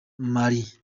mali